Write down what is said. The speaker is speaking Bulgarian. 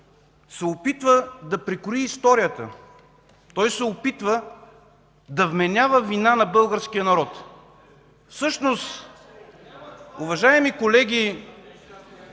се опитва да прекрои историята. Той се опитва да вменява вина на българския народ. (Реплики от ДПС.) Уважаеми колеги,